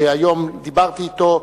שהיום דיברתי אתו,